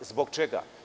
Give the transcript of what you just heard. Zbog čega?